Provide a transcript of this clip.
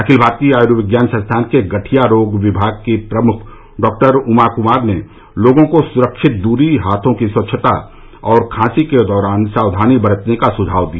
अखिल भारतीय आयुर्विज्ञान संस्थान के गठिया रोग विभाग की प्रमुख डॉक्टर उमा कुमार ने लोगों को सुरक्षित दूरी हाथों की स्वच्छता और खांसी के दौरान सावधानी बरतने का सुझाव दिया